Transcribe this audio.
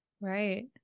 right